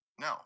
No